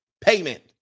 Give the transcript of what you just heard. payment